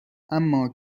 اما